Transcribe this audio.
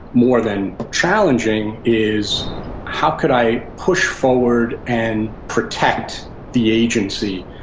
more than challenging, is how could i push forward and protect the agency?